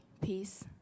peace